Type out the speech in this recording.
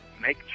make